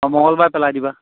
অঁ মঙ্গলবাৰে পেলাই দিবা